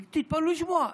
ותתפלאו לשמוע,